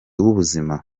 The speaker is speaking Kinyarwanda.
w’ubuzima